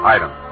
Item